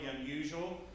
unusual